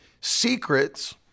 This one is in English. Secrets